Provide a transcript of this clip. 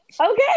Okay